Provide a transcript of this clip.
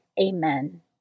Amen